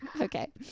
Okay